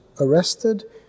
arrested